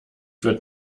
wird